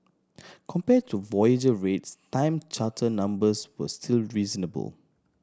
compared to voyage rates time charter numbers were still reasonable